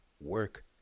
work